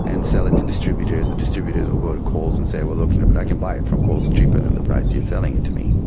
and sell it to distributors, the distributors would go to coles and say, look, you know but i can buy it from coles cheaper than the price you are selling it to me.